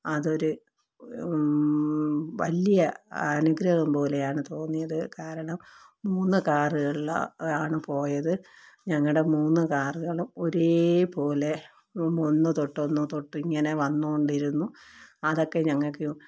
അതൊരു വലിയ അനുഗ്രഹം പോലെയാണ് തോന്നിയത് കാരണം മൂന്ന് കാറുകളിൽ ആണ് പോയത് ഞങ്ങളുടെ മൂന്ന് കാറുകളും ഒരേ പോലെ ഒന്ന് തൊട്ട് ഒന്ന് തൊട്ട് ഇങ്ങനെ വന്നുകൊണ്ടിരുന്നു അതൊക്കെ ഞങ്ങൾക്ക്